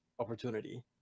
opportunity